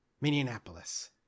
Minneapolis